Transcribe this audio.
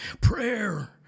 Prayer